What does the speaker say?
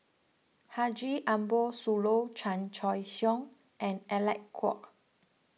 Haji Ambo Sooloh Chan Choy Siong and Alec Kuok